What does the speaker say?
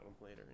later